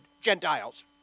Gentiles